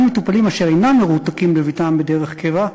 גם מטופלים אשר אינם מרותקים בביתם דרך קבע,